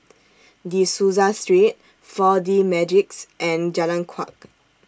De Souza Street four D Magix and Jalan Kuak